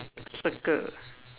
circle